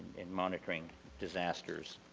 in monitoring disasters.